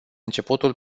începutul